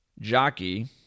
Jockey